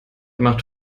macht